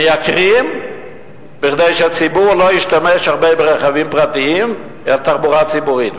מייקרים כדי שהציבור לא ישתמש הרבה ברכבים פרטיים אלא בתחבורה ציבורית,